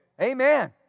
Amen